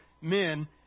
Men